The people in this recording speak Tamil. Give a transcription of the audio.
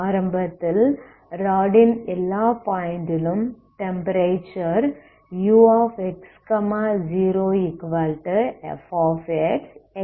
ஆரம்பத்தில் ராட் ன் எல்லா பாயிண்ட் லும் டெம்ப்பரேச்சர் ux0f x∈R ஆகும்